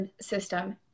system